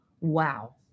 Wow